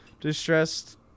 Distressed